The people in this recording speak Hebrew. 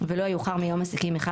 ולא יאוחר מיום עסקים אחד,